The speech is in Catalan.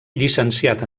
llicenciat